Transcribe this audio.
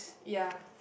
ya